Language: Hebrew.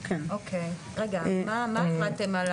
אוקיי, רגע, מה החלטתם על